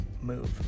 move